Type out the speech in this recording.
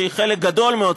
שהיא חלק גדול מאוד,